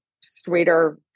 sweeter